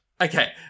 Okay